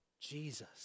Jesus